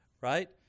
right